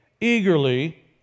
eagerly